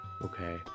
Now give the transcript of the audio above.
Okay